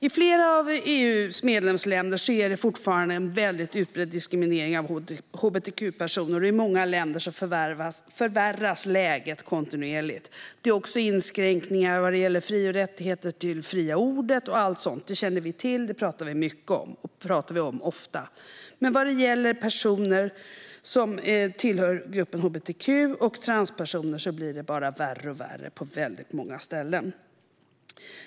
I flera av EU:s medlemsländer är det fortfarande en väldigt utbredd diskriminering av hbtq-personer, och i många länder förvärras läget kontinuerligt. Det är också inskränkningar vad gäller fri och rättigheter till det fria ordet och allt sådant. Det känner vi till; det pratar vi mycket och ofta om. Men vad gäller personer som tillhör gruppen hbtq och transpersoner blir det bara värre och värre på väldigt många ställen.